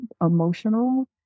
emotional